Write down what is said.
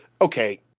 okay